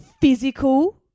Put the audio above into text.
physical